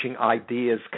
ideas